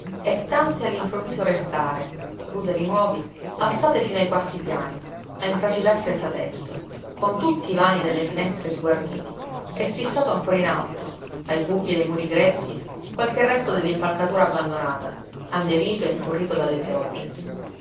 e tante all'improvviso restare ruderi nuovi alzate fino ai quarti piani a infracidar senza tetto con tutti i vani delle finestre sguarniti e fissato ancora in alto ai buchi dei muri grezzi qualche resto dell'impalcatura abbandonata annerito e imporrito dalle piogge